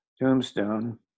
tombstone